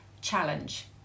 challenge